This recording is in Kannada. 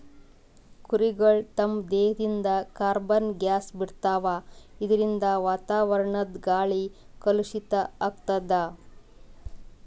ಕುರಿಗಳ್ ತಮ್ಮ್ ದೇಹದಿಂದ್ ಕಾರ್ಬನ್ ಗ್ಯಾಸ್ ಬಿಡ್ತಾವ್ ಇದರಿಂದ ವಾತಾವರಣದ್ ಗಾಳಿ ಕಲುಷಿತ್ ಆಗ್ತದ್